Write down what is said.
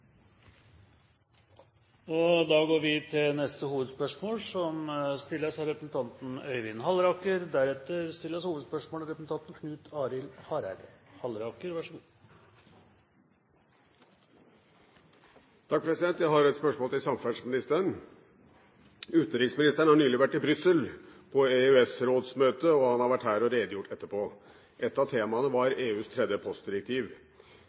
går videre til neste hovedspørsmål. Jeg har et spørsmål til samferdselsministeren. Utenriksministeren har nylig vært i Brussel på EØS-rådsmøte, og han har vært her og redegjort etterpå. Ett av temaene var EUs tredje postdirektiv.